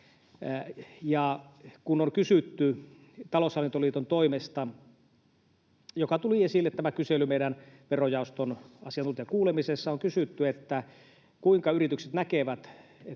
Kun on kysytty Taloushallintoliiton toimesta — tämä kysely tuli esille meidän verojaoston asiantuntijakuulemisessa —, kuinka yritykset näkevät,